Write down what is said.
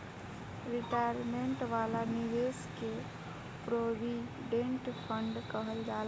retirement वाला निवेश के प्रोविडेंट फण्ड कहल जाला